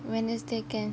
wednesday can